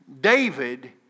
David